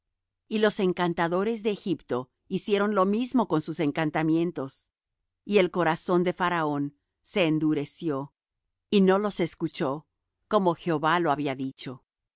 y los encantadores de egipto hicieron lo mismo con sus encantamientos y el corazón de faraón se endureció y no los escuchó como jehová lo había dicho y